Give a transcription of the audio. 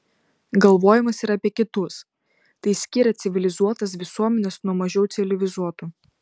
galvojimas ir apie kitus tai skiria civilizuotas visuomenes nuo mažiau civilizuotų